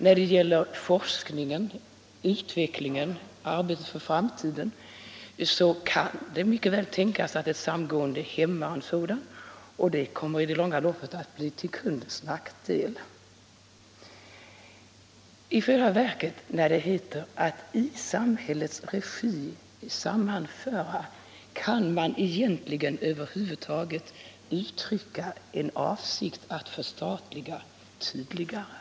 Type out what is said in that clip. När det gäller forskning, utveckling och arbetet för framtiden kan man mycket väl tänka sig att ett samgående verkar hämmande, och det kan i det långa loppet bli till kundens nackdel. När det talas om att ”i samhällets regi sammanföra” undrar jag: Kan man över huvud taget uttrycka en avsikt att förstatliga tydligare?